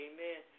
Amen